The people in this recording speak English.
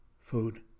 food